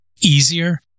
easier